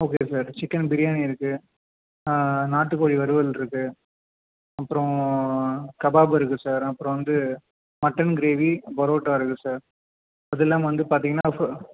okay sir chicken biryani இருக்குது ஆ நாட்டு கோழி வறுவல் இருக்குது அப்பறம் கபாப் இருக்குது சார் அப்புறம் வந்து மட்டன் கிரேவி பரோட்டா இருக்குது சார் அதில்லாமல் வந்து பார்த்தீங்கன்னா ஃப